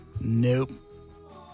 Nope